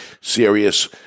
serious